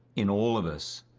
in all of us,